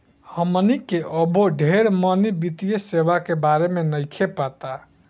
हमनी के अबो ढेर मनी वित्तीय सेवा के बारे में नइखे पता